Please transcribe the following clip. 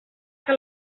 que